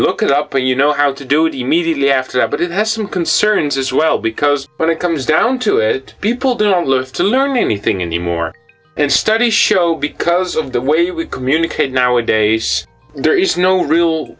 look it up but you know how to do it immediately after that but it has some concerns as well because when it comes down to it people don't live to learn anything anymore and studies show because of the way we communicate nowadays there is no real